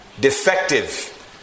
defective